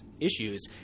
issues